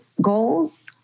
goals